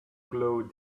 glow